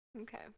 Okay